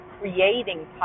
creating